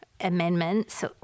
amendments